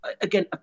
again